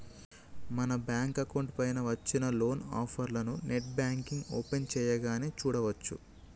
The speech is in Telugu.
మన బ్యాంకు అకౌంట్ పైన వచ్చిన లోన్ ఆఫర్లను నెట్ బ్యాంకింగ్ ఓపెన్ చేయగానే చూడచ్చు